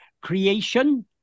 creation